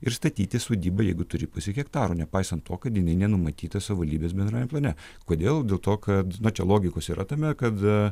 ir statyti sodybą jeigu turi pusę hektaro nepaisant to kad jinai nenumatyta savivaldybės bendrajam plane kodėl dėl to kad nu čia logikos yra tame kada